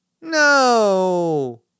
No